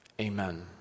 Amen